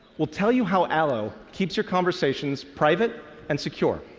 we'll tell you how allo keeps your conversations private and secure.